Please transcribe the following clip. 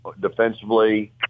defensively